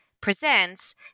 presents